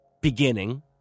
beginning